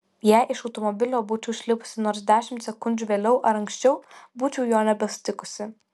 jei iš automobilio būčiau išlipusi nors dešimt sekundžių vėliau ar anksčiau būčiau jo nebesutikusi